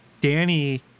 Danny